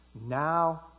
Now